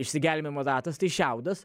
išsigelbėjimo ratas tai šiaudas